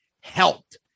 helped